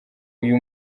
uyu